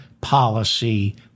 policy